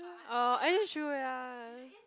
orh any shoe ya